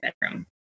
bedroom